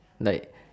like